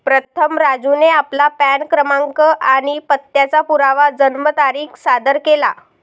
प्रथम राजूने आपला पॅन क्रमांक आणि पत्त्याचा पुरावा जन्मतारीख सादर केला